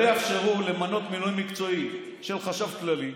לא יאפשרו למנות מינוי מקצועי של חשב כללי.